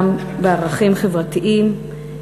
גם בערכים חברתיים,